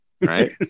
Right